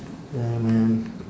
ya man